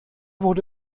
wurde